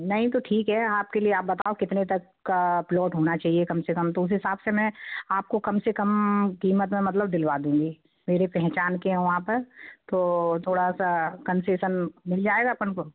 नहीं तो ठीक है आप के लिए आप बताओ कितने तक का प्लोट होना चाहिए कम से कम तो उस हिसाब से मैं आप को कम से कम कीमत में मतलब दिलवा दूँगी मेरे पहचान के हो आप तो थोड़ा सा कंसेसन मिल जाएगा अपन को